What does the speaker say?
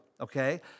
okay